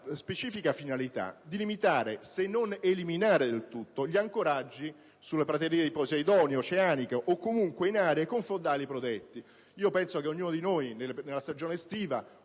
specifica finalità di limitare, se non eliminare del tutto, gli ancoraggi sulle praterie di posidonia oceanica o comunque in aree con fondali protetti. Durante la stagione estiva